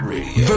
Radio